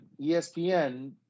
ESPN